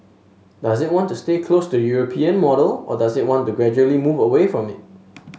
does it want to stay close to the European model or does it want to gradually move away from it